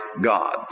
God